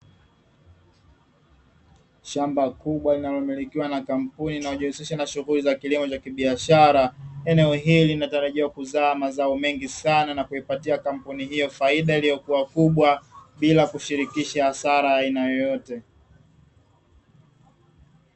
Shamba kubwa linalomilikiwa na kampuni inayojihusisha na shughuli za kilimo cha kibiashara, eneo hili linatarajiwa kuzaa mazao mengi sana na kuipatia kampuni hiyo faida iiyokuwa kubwa bila kushirikisha hasara ya aina yoyote.